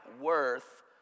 worth